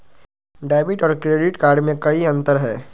Debit और credit card में कई अंतर हई?